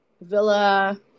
Villa